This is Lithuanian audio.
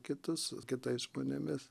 kitus kitais žmonėmis